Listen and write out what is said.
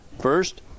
first